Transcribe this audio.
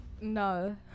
No